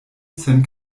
sen